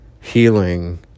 Healing